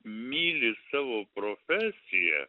myli savo profesiją